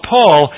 Paul